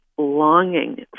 longing